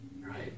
Right